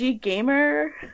gamer